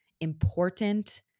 important